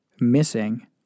missing